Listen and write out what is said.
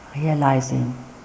Realizing